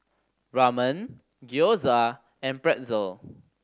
Ramen Gyoza and Pretzel